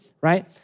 right